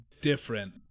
different